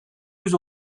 yüz